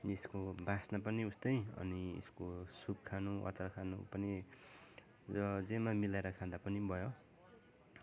यसको बासना पनि उस्तै अनि एसको सुप खानु अचार खानु पनि र जेमा मिलाएर खाँदा पनि भयो